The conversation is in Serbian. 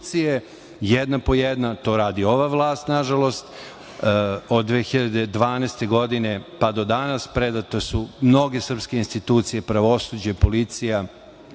jedna po jedna. To radi ova vlast, nažalost. Od 2012. godine pa do danas predate su mnoge srpske institucije - pravosuđe, policija,